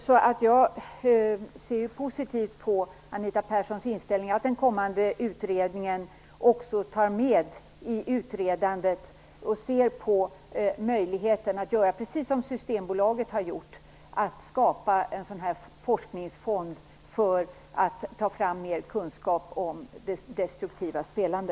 Jag ser alltså positivt på Anita Perssons inställning, att den kommande utredningen också skall undersöka möjligheten att göra precis som Systembolaget har gjort, nämligen att skapa en forskningsfond som kan ta fram mer kunskap om destruktivt spelande.